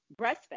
breastfed